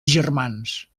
germans